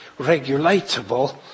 regulatable